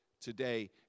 today